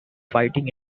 fighting